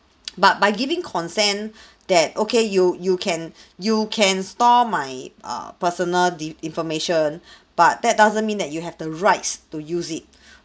but by giving consent that okay you you can you can store my err personal de~ information but that doesn't mean that you have the rights to use it